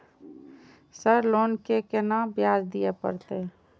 Sir loan के केना ब्याज दीये परतें?